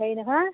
হেৰি নহয়